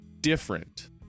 different